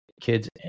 kids